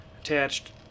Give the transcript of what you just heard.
attached